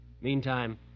Meantime